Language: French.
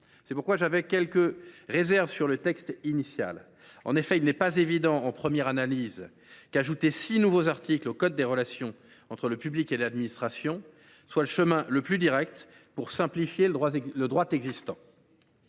C’est pourquoi j’avais quelques réserves sur le texte initial. En effet, il n’est pas évident, en première analyse, qu’ajouter six nouveaux articles au code des relations entre le public et l’administration soit le chemin le plus direct pour simplifier le droit existant.